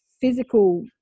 physical